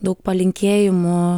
daug palinkėjimų